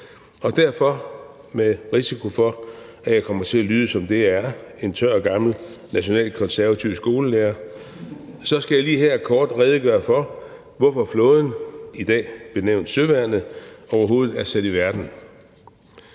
Og derfor – med risiko for at komme til at lyde som det, jeg er, nemlig en tør, gammel nationalkonservativ skolelærer – så skal jeg lige her kort redegøre for, hvorfor flåden i dag benævnes Søværnet og overhovedet er sat i verden.